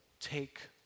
take